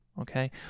okay